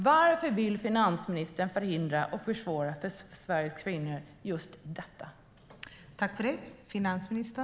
Varför vill finansministern förhindra och försvåra just detta för Sveriges kvinnor?